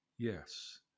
Yes